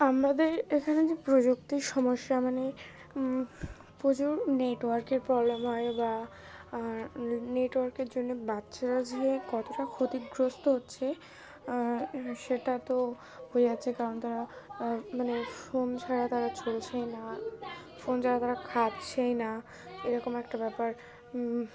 আমাদের এখানে যে প্রযুক্তির সমস্যা মানে প্রচুর নেটওয়ার্কের প্রবলেম হয় বা নেটওয়ার্কের জন্যে বাচ্চারা যেয়ে কতটা ক্ষতিগ্রস্ত হচ্ছে সেটা তো হয়ে যাচ্ছে কারণ তারা মানে ফোন ছাড়া তারা চলছেই না ফোন ছাড়া তারা খাচ্ছেই না এরকম একটা ব্যাপার